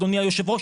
אדוני היושב ראש,